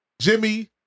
Jimmy